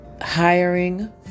Hiring